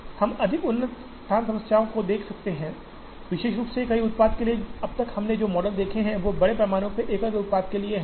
हम अधिक उन्नत स्थान समस्याओं को भी देख सकते हैं विशेष रूप से कई उत्पादों के लिए अब तक हमने जो मॉडल देखे हैं वे बड़े पैमाने पर एकल उत्पादों के लिए हैं